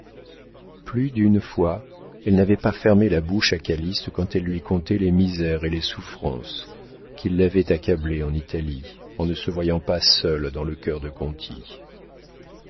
plus d'une fois elle n'avait pas fermé la bouche à calyste quand elle lui contait les misères et les souffrances qui l'avaient accablée en italie en ne se voyant pas seule dans le cœur de conti